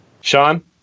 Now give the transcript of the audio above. Sean